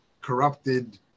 corrupted